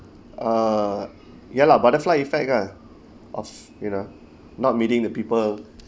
uh ya lah butterfly effect ah of you know not meeting the people